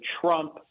Trump